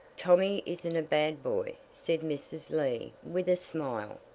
tommy isn't a bad boy, said mrs. lee, with a smile.